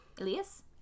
Elias